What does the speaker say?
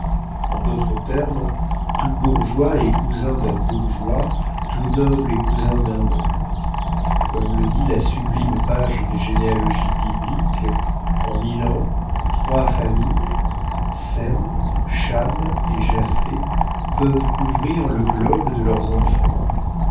en d'autres termes tout bourgeois est cousin d'un bourgeois tout noble est cousin d'un noble comme le dit la sublime page des généalogies bibliques en mille ans trois familles sem cham et japhet peuvent couvrir le globe de leurs enfants